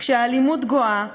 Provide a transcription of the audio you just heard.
כשהאלימות גואה,